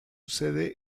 sede